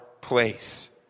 place